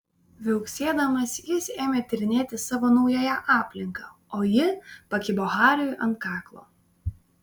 viauksėdamas jis ėmė tyrinėti savo naująją aplinką o ji pakibo hariui ant kaklo